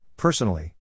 Personally